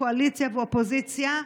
קואליציה ואופוזיציה,